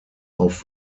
auf